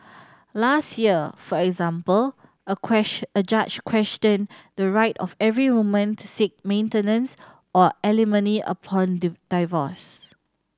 last year for example a a judge questioned the right of every woman to seek maintenance or alimony upon the divorce